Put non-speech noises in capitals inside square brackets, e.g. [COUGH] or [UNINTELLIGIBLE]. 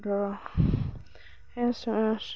[UNINTELLIGIBLE]